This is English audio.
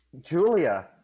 Julia